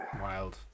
wild